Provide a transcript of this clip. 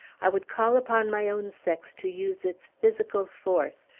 i would call upon my own sex to use its physical force,